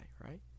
right